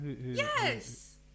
Yes